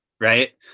right